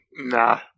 Nah